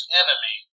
enemy